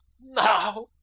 Now